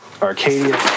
Arcadia